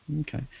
Okay